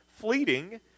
fleeting